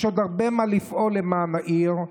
יש עוד הרבה מה לפעול למען העיר,